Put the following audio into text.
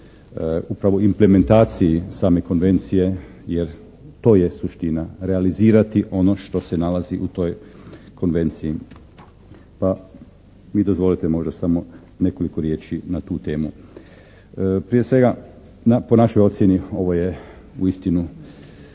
upravo implementaciji same Konvencije jer to je suština realizirati ono što se nalazi u toj Konvenciji, pa mi dozvolite možda samo nekoliko riječi na tu temu. Prije svega po našoj ocjeni ovo je uistinu